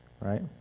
right